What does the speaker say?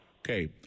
Okay